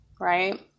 right